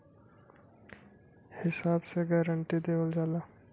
हिसाब से गारंटी देवल जाला